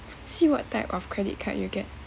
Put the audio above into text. see what type of credit card you get